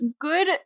good